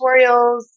tutorials